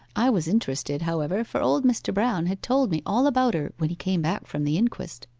i was interested, however, for old mr. brown had told me all about her when he came back from the inquest